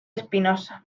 espinoza